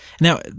Now